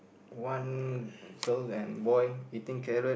one girl and boy eating carrot